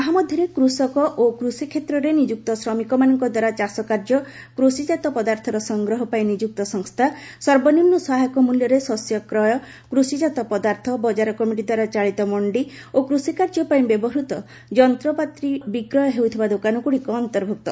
ତାହା ମଧ୍ୟରେ କୃଷକ ଓ କୃଷିକ୍ଷେତ୍ରରେ ନିଯୁକ୍ତ ଶ୍ରମିକମାନଙ୍କ ଦ୍ୱାରା ଚାଷକାର୍ଯ୍ୟ କୃଷିଜାତ ପଦାର୍ଥର ସଫଗ୍ରହ ପାଇଁ ନିଯୁକ୍ତ ସଫସ୍ଥା ସର୍ବନିମ୍ନ ସହାୟକ ମୂଲ୍ୟରେ ଶସ୍ୟ କ୍ରୟ କୃଷିଜାତ ପଦାର୍ଥ ବଜାର କମିଟି ଦ୍ୱାରା ଚାଳିତ ମଣ୍ଡି ଓ କୁଷିକାର୍ଯ୍ୟ ପାଇଁ ବ୍ୟବହୃତ ଯନ୍ତ୍ରପାତି ବିକ୍ରୟ ହେଉଥିବା ଦୋକାନଗୁଡ଼ିକ ଅନ୍ତର୍ଭୁକ୍ତ